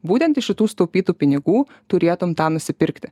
būtent iš šitų sutaupytų pinigų turėtum tą nusipirkti